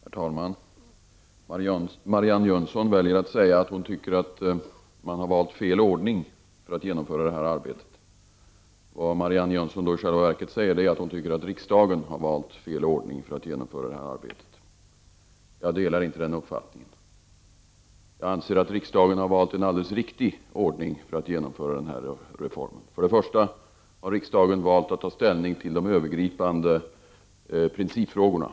Herr talman! Marianne Jönsson väljer att säga att hon anser att man har valt fel ordning vad gäller att genomföra detta arbete. Vad Marianne Jönsson då i själva verket säger är att hon anser att riksdagen har valt fel ordning vad gäller att genomföra detta arbete. Jag delar inte den uppfattningen. Jag anser att riksdagen har valt en alldeles riktig ordning vad gäller att genomföra den här reformen. För det första har riksdagen valt att ta ställning till de övergripnde principfrågorna.